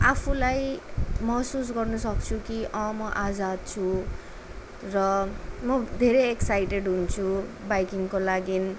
आफूलाई महसुस गर्नुसक्छु कि म आज छु र म धेरै एक्साइटेड हुन्छु बाइकिङको लागि